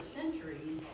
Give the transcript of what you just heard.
centuries